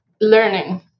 learning